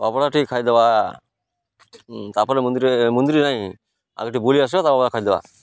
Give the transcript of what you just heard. ଅଭଡ଼ା ଟିକେ ଖାଇଦେବା ତାପରେ ମନ୍ଦିର ମନ୍ଦିର ନାଇଁ ଆଗ ଟିକେ ବୁଲି ଆସିବା ତାପରେ ଖାଇଦେବା